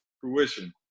fruition